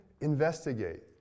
investigate